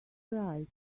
write